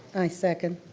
i second.